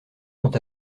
sont